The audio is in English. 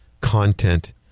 content